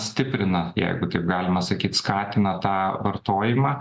stiprina jeigu taip galima sakyt skatina tą vartojimą